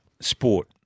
Sport